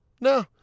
No